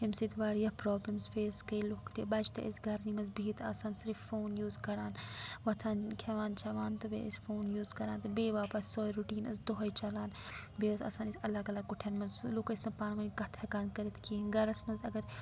ییٚمہِ سۭتۍ واریاہ پرٛابلِمٕز فیس گٔے لُکھ تہِ بَچہِ تہِ ٲسۍ گَرنٕے منٛز بِہِتھ آسان صِرف فون یوٗز کَران وۄتھان کھٮ۪وان چٮ۪وان تہٕ بیٚیہِ ٲسۍ فون یوٗز کَران تہٕ بیٚیہِ واپَس سۄے رُٹیٖن ٲس دۄہے چَلان بیٚیہِ ٲس آسان ییٚتہِ الگ الَگ کُٹھٮ۪ن منٛز لُکھ ٲسۍ نہٕ پانہٕ ؤنۍ کَتھ ہٮ۪کان کٔرِتھ کِہیٖنۍ گَرَس منٛز اگر